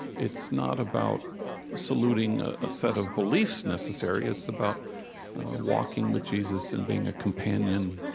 it's not about saluting ah a set of beliefs, necessarily it's about walking with jesus and being a companion.